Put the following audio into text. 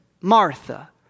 Martha